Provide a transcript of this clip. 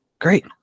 Great